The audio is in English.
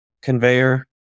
conveyor